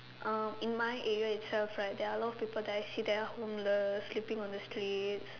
uh in my area itself right there are a lot of people that I see that are homeless sleeping on the streets